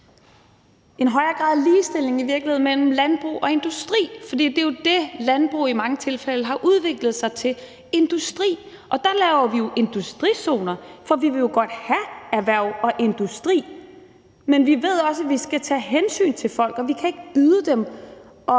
en højere grad af ligestilling mellem landbrug og industri, for det er jo det, landbruget i mange tilfælde har udviklet sig til: industri. Der laver vi jo industrizoner, for vi vil jo godt have erhverv og industri, men vi ved også, at vi skal tage hensyn til folk. Vi kan ikke byde dem,